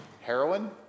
heroin